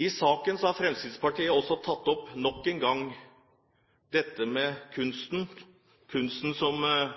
I saken har Fremskrittspartiet nok en gang tatt opp dette med kunsten – kunsten som